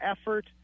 effort